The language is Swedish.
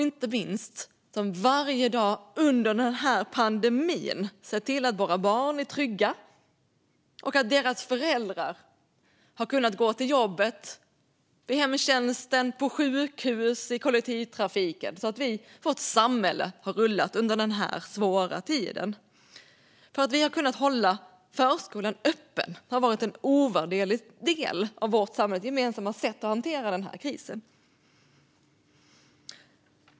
Inte minst har de varje dag under den här pandemin sett till att våra barn har varit trygga och att deras föräldrar har kunnat gå till jobbet i hemtjänsten, på sjukhus och i kollektivtrafiken. På så sätt har vårt samhälle kunnat rulla under den här svåra tiden. Att vi har kunnat hålla förskolan öppen har varit en ovärderlig del i vårt samhälles gemensamma hantering av den här krisen.